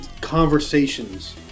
conversations